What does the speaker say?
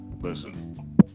Listen